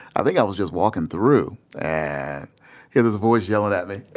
i think i was just walking through and hear this voice yellin' at me.